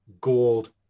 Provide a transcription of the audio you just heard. gold